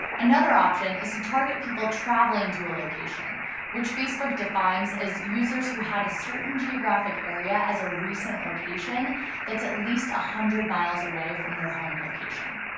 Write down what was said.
another option is to target people traveling to a location which facebook defines as users who had a certain geographic area as a recent location that's at least a hundred miles away from their home location.